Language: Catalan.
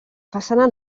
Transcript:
façana